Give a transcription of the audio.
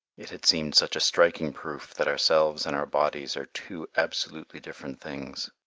it had seemed such a striking proof that ourselves and our bodies are two absolutely different things.